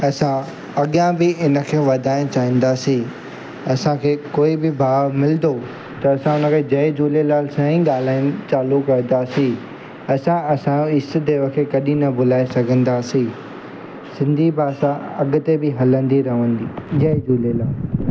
असां अॻियां बि हिनखे वधाइनि चाहिंदासीं असांखे कोई बि भाव मिलंदो त असां हुनखे जय झूलेलाल सां ही ॻाल्हाइनि चालू करंदासीं असां असां ईष्ट देव खे कॾी न भुलाए सघंदासीं सिंधी भाषा अॻिते बि हलंदी रहंदी जय झूलेलाल